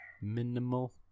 minimal